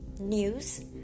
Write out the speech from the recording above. news